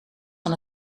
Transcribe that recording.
van